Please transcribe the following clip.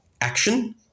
action